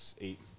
eight